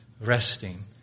resting